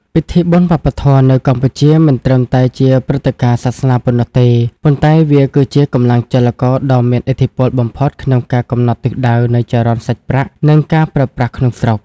ពិធីបុណ្យវប្បធម៌នៅកម្ពុជាមិនត្រឹមតែជាព្រឹត្តិការណ៍សាសនាប៉ុណ្ណោះទេ ប៉ុន្តែវាគឺជាកម្លាំងចលករដ៏មានឥទ្ធិពលបំផុតក្នុងការកំណត់ទិសដៅនៃចរន្តសាច់ប្រាក់ និងការប្រើប្រាស់ក្នុងស្រុក។